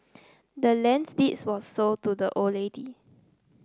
the land's deeds was sold to the old lady